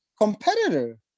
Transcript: Competitor